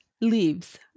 leaves